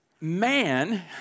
man